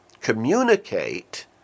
communicate